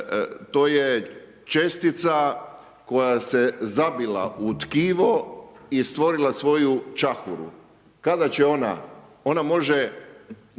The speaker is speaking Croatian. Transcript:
To je čestica koja se zabila u tkivo i stvorila svoju čahuru, kada će ona, ona može